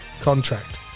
contract